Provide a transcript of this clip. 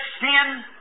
sin